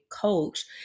coach